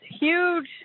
huge